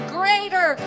greater